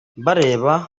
bareba